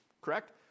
correct